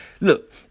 look